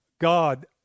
God